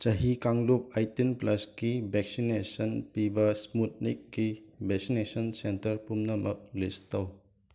ꯆꯍꯤ ꯀꯥꯡꯂꯨꯞ ꯑꯩꯇꯤꯟ ꯄ꯭ꯂꯁꯀꯤ ꯕꯦꯛꯁꯤꯅꯦꯁꯟ ꯄꯤꯕ ꯁ꯭ꯃꯨꯠꯅꯤꯛꯀꯤ ꯕꯦꯁꯤꯅꯦꯁꯟ ꯁꯦꯟꯇꯔ ꯄꯨꯝꯅꯃꯛ ꯂꯤꯁ ꯇꯧ